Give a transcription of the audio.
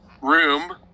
Room